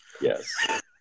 Yes